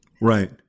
Right